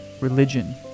religion